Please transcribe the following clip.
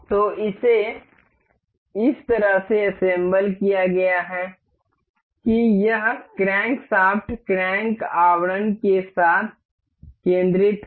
तो इसे इस तरह से असेम्ब्ल किया गया है कि यह क्रैंकशाफ्ट क्रैंक आवरण के साथ केंद्रित है